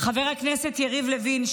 חבר הכנסת יריב לוין,